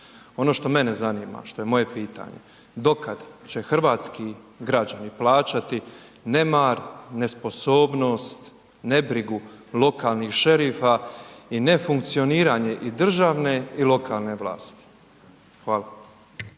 Ono što mene zanima, što je moje pitanje, do kada će hrvatski građani plaćati, nemar, nesposobnost, nebrigu lokalnih šerifa i nefunkcioniranje i državne i lokalne vlasti? Hvala.